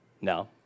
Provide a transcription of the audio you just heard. No